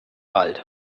wald